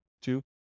Two